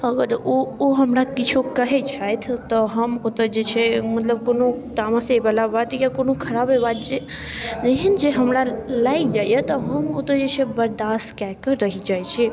अगर ओ ओ हमरा किछु कहैत छथि तऽ हम ओतए जे छै मतलब कोनो तामसे बला बात या कोनो खराबे बात जे एहन जे हमरा लागि जाइए तऽ हम ओतए जे छै से बर्दास्त कए कऽ रहि जाइत छी